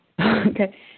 Okay